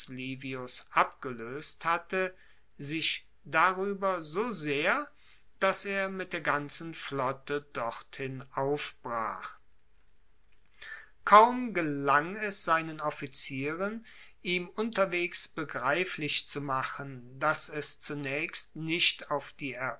livius abgeloest hatte sich darueber so sehr dass er mit der ganzen flotte dorthin aufbrach kaum gelang es seinen offizieren ihm unterwegs begreiflich zu machen dass es zunaechst nicht auf die